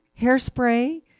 Hairspray